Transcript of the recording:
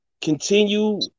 continue